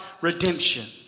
redemption